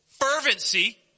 Fervency